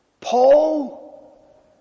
Paul